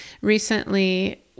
recently